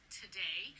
today